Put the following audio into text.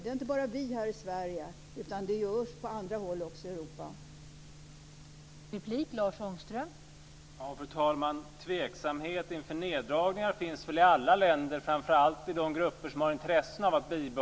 Det är inte bara vi här i Sverige - utan det görs på andra håll i Europa också.